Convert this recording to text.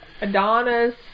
Adonis